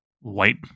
white